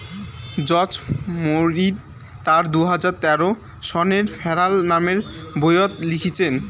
George মবিয় তার দুই হাজার তেরো সনের ফেরাল নামের বইয়ত লিখিচেন